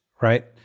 right